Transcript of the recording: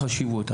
החשיבות,